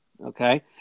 Okay